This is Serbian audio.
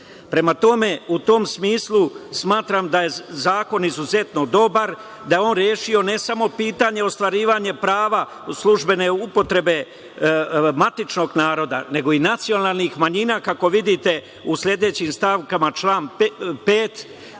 Prema tome, u tom smislu, smatram da je zakon izuzetno dobar, da je on rešio ne samo pitanje ostvarivanja prava službene upotrebe matičnog naroda, nego i nacionalnih manjina, kako vidite u sledećim stavkama člana 5,